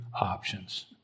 options